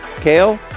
Kale